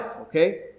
Okay